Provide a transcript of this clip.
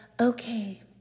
okay